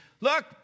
look